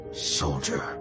soldier